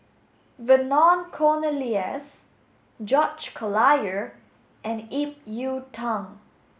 Vernon Cornelius George Collyer and Ip Yiu Tung